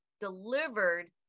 delivered